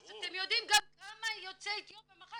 אז אתם יודעים גם כמה מחקתם ליוצאי אתיופיה.